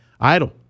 Idle